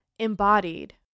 embodied